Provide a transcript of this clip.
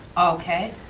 okay.